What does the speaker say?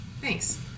Thanks